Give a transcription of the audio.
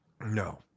No